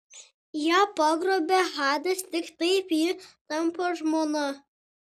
ją pagrobia hadas tik taip ji tampa žmona